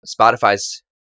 Spotify's